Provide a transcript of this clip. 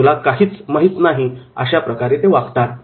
तुला काही माहित नाही' अशाप्रकारे ते वागतात